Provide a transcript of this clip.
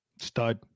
Stud